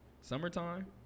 Summertime